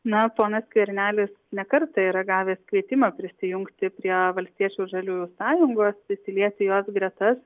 na ponas skvernelis ne kartą yra gavęs kvietimą prisijungti prie valstiečių žaliųjų sąjungos įsiliet į jos gretas